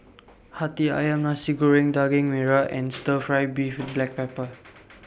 Hati Ayam Masi Goreng Daging Merah and Stir Fry Beef with Black Pepper